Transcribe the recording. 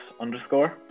underscore